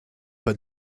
pas